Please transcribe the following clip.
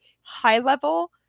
high-level